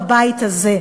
בבית הזה.